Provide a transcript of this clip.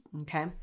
Okay